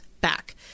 back